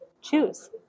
choose